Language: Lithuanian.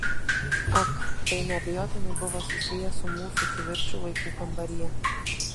ak tai neabejotinai buvo susiję su mūsų kivirču vaikų kambaryje